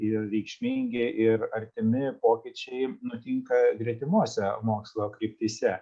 ir reikšmingi ir artimi pokyčiai nutinka gretimose mokslo kryptyse